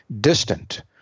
distant